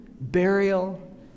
burial